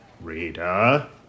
Rita